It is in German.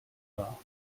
war